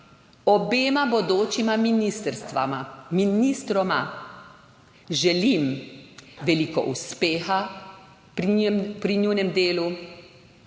obema bodočima ministrstvoma, ministroma želim veliko uspeha pri njunem delu,